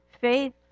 Faith